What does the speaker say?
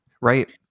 Right